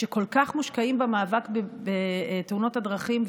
שכל כך מושקעים במאבק בתאונות הדרכים,